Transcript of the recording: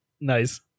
Nice